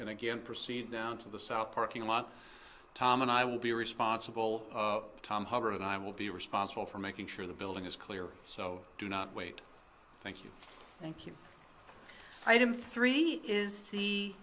and again proceed down to the south parking lot tom and i will be responsible tom hubbard and i will be responsible for making sure the building is clear so do not wait thank you thank you item three is